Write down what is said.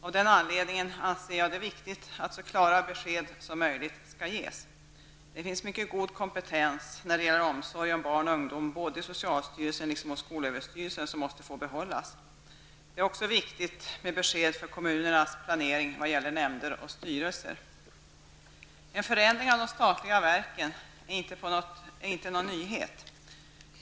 Av den anledningen anser jag det viktigt att så klara besked som möjligt skall ges. Det finns mycket god kompetens när det gäller omsorg om barn och ungdom både i socialstyrelsen och skolöverstyrelsen som måste få behållas. Det är också viktigt med besked för kommunernas planering vad gäller nämnder och styrelser. En förändring av de statliga verken är inte någon nyhet.